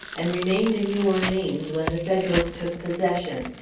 and remained in new orleans when the federals took possession,